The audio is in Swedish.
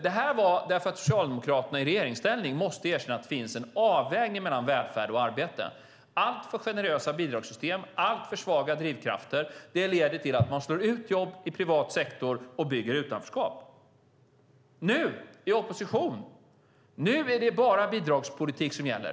Detta skedde för att Socialdemokraterna i regeringsställning måste erkänna att det finns en avvägning mellan välfärd och arbete. Alltför generösa bidragssystem och alltför svaga drivkrafter leder till att man slår ut jobb i privat sektor och bygger utanförskap. Nu i opposition är det bara bidragspolitik som gäller.